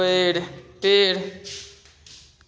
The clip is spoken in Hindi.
पेड़ टेढ़